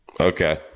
Okay